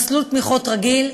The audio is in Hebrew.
מסלול תמיכות רגיל,